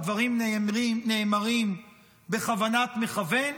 והדברים נאמרים בכוונת מכוון.